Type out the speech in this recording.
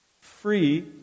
free